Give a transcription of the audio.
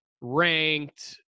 ranked